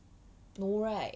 no right